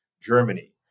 Germany